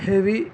heavy